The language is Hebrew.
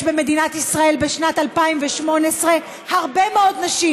יש במדינת ישראל בשנת 2018 הרבה מאוד נשים